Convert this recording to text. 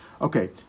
okay